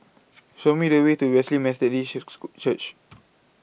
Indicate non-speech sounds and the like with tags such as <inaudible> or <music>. Show Me The Way to Wesley Methodist School Church <noise>